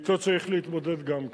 ואתו צריך להתמודד גם כן,